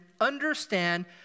understand